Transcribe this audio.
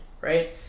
right